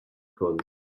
cones